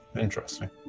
Interesting